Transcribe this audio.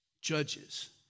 judges